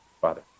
Father